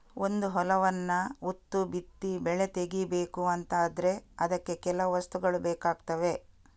ಒಂದು ಹೊಲವನ್ನ ಉತ್ತು ಬಿತ್ತಿ ಬೆಳೆ ತೆಗೀಬೇಕು ಅಂತ ಆದ್ರೆ ಅದಕ್ಕೆ ಕೆಲವು ವಸ್ತುಗಳು ಬೇಕಾಗ್ತವೆ